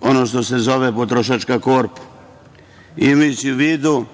ono što se zove potrošačka korpa. Imajući u vidu